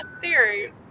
theory